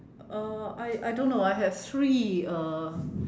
uh I I don't know I have three uh